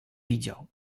widział